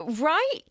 Right